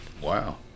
Wow